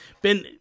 Ben